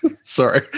Sorry